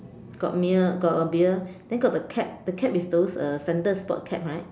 got beer got a beer then got the cap the cap is those uh centered sport cap right